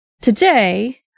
Today